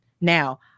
Now